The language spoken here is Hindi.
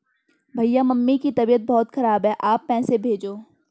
भैया मम्मी की तबीयत बहुत खराब है आप पैसे भेजो